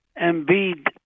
Embiid